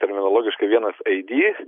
terminologiškai vienas id